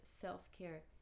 self-care